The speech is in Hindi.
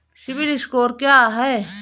सिबिल स्कोर क्या है?